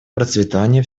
процветания